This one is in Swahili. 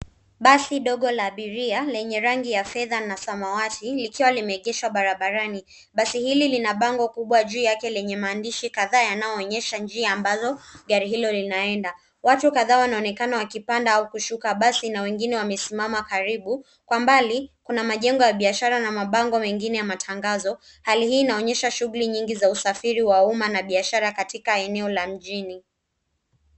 Basi dogo la abiria lenye rangi ya fedha na samawati likiwa limeegeshwa barabarani. Basi hili lina bango kubwa juu yake lenye maandishi kadhaa yanayoonyesha njia kadhaa ambazo gari hilo linaenda. Watu kadhaa wanaonekana wakipanda au kushuka basi na wengine wamesimama karibu. Kwa mbali kuna majengo ya biashara na mabango mengine ya matangazo. Hali hii inaonyesha shughuli nyingi za usafiri wa umma na biashara katika eneo la mjini.